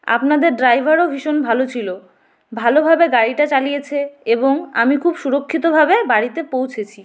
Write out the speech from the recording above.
আপনাদের ড্রাইভারও ভীষণ ভালো ছিল ভালোভাবে গাড়িটা চালিয়েছে এবং আমি খুব সুরক্ষিতভাবে বাড়িতে পৌঁছেছি